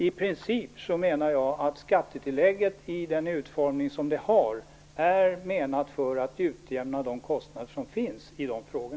I princip menar jag att skattetillägget, i den utformning som det har, är menat att utjämna de kostnader som finns i dessa frågor.